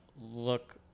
look